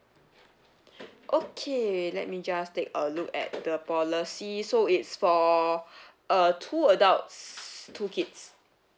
okay let me just take a look at the policy so it's for uh two adults two kids